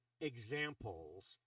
examples